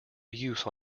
use